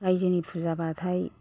राइजोनि फुजाबाथाय